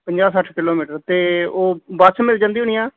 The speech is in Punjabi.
ਪੰਜਾਹ ਸੱਠ ਕਿਲੋਮੀਟਰ ਅਤੇ ਉਹ ਬਸ ਮਿਲ ਜਾਂਦੀ ਹੋਣੀ ਆ